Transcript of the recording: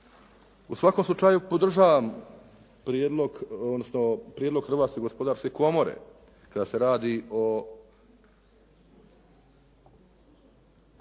U svakom slučaju podržavam prijedlog Hrvatske gospodarske komore kada se radi o